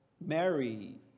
Mary